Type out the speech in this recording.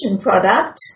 product